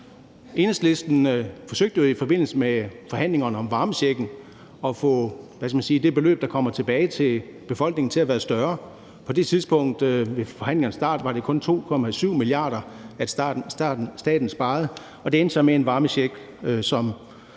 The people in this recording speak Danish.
Enhedslisten forsøgte jo i forbindelse med forhandlingerne om varmechecken at få det beløb, der kommer tilbage til befolkningen, til at være større. På det tidspunkt, ved forhandlingernes start, var det kun 2,7 mia. kr., staten sparede, og det endte så med en varmecheck, som